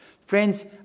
Friends